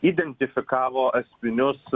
identifikavo esminius